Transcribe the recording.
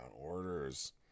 orders